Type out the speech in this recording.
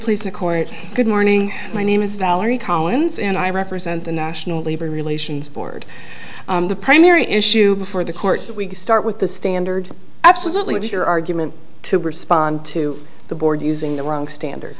please the court good morning my name is valerie collins and i represent the national labor relations board the primary issue before the court we start with the standard absolutely of your argument to respond to the board using the wrong standard